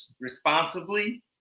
responsibly